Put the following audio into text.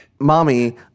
mommy